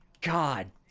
God